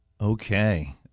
Okay